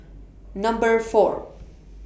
Number four